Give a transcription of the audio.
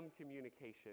communication